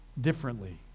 differently